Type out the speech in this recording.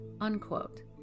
unquote